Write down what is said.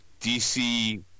DC